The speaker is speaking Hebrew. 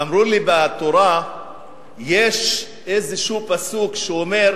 אמרו לי, בתורה יש איזשהו פסוק שאומר: